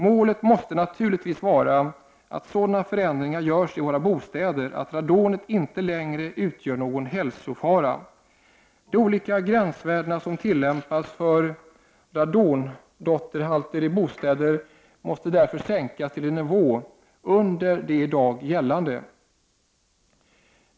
Målet måste naturligtvis vara att sådana förändringar görs i våra bostäder att radonet inte längre utgör någon hälsofara. De olika gränsvärden som tillämpas för radondotterhalten i bostäder måste därför sänkas till en nivå under de i dag gällande.